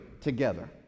together